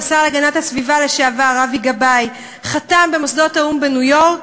השר להגנת הסביבה לשעבר אבי גבאי חתם במוסדות האו"ם בניו-יורק,